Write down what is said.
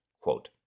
Quote